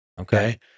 okay